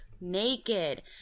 naked